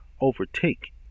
overtake